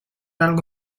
algo